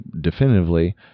definitively